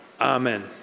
Amen